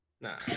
nah